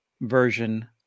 version